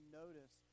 notice